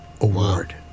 Award